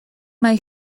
mae